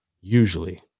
usually